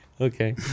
Okay